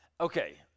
Okay